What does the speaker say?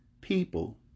people